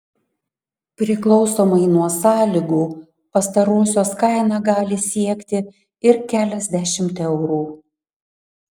priklausomai nuo sąlygų pastarosios kaina gali siekti ir keliasdešimt eurų